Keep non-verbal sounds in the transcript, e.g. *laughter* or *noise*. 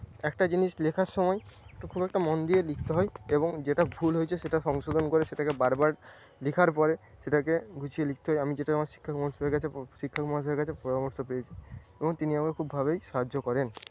একটা জিনিস লেখার সময় *unintelligible* খুব একটা মন দিয়ে লিখতে হয় এবং যেটা ভুল হয়েছে সেটা সংশোধন করে সেটাকে বারবার লেখার পরে সেটাকে গুছিয়ে লিখতে হয় আমি যেটা আমার শিক্ষক মহাশয়ের কাছে শিক্ষক মহাশয়ের কাছে পরামর্শ পেয়েছি এবং তিনি আমাকে খুবভাবেই সাহায্য করেন